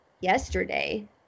yesterday